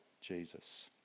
Jesus